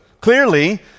clearly